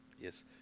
Yes